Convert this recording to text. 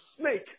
snake